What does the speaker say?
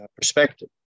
perspective